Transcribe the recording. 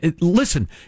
Listen